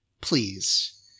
Please